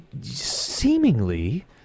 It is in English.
seemingly